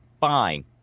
Fine